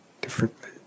differently